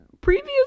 previous